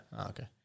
okay